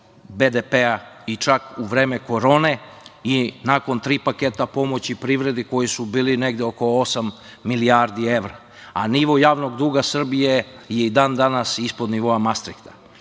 BDP, čak i u vreme korone i nakon tri paketa pomoći privredi, koji su bili negde oko osam milijardi evra, a nivo javnog duga Srbije je i dan-danas ispod nivoa Mastrihta. Podsetio